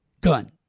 gun